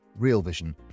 REALVISION